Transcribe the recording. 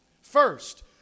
First